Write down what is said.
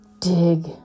Dig